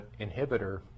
inhibitor